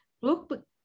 look